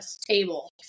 table